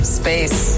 space